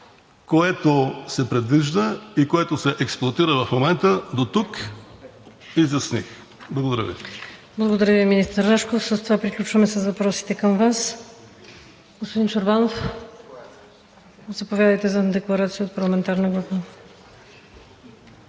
което се предвижда и което се експлоатира в момента дотук – изясних. Благодаря Ви. ПРЕДСЕДАТЕЛ ВИКТОРИЯ ВАСИЛЕВА: Благодаря Ви, министър Рашков. С това приключваме с въпросите към Вас. Господин Чорбанов, заповядайте за декларация от парламентарна група.